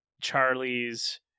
Charlie's